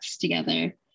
together